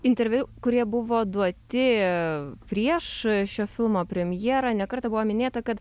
interviu kurie buvo duoti prieš šio filmo premjerą ne kartą buvo minėta kad